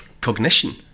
cognition